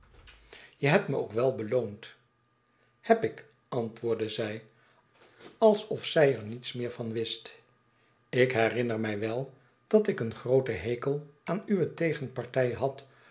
je hebt me ook wel beloond heb ik antwoordde zij alsof zij er niets meer van wist ik herinner mij wel dat ik een grooten hekel aan uwe tegenpartij had